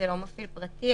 זה לא מפעיל פרטי,